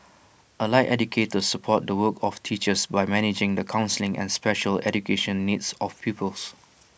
allied educators support the work of teachers by managing the counselling and special education needs of pupils